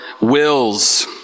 wills